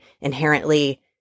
inherently